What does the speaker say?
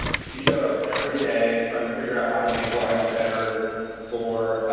she showed up every day trying to figure out how to make lives better for,